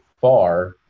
far